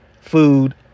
food